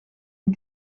een